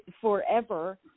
forever